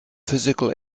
physical